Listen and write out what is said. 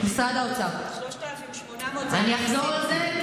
זה 3,800. אני אחזור על זה,